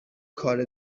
کار